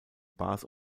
bars